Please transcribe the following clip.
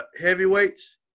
heavyweights